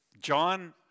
John